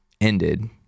ended